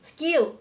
skill